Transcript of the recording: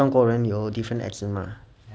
中国人有 different accent 吗